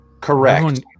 Correct